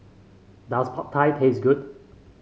does Pad Thai taste good